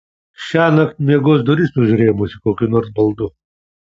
šiąnakt miegos duris užrėmusi kokiu nors baldu